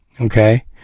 Okay